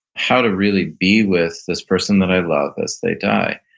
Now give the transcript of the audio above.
how to really be with this person that i love as they die.